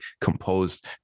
composed